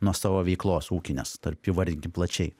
nuo savo veiklos ūkinės taip įvardinkim plačiai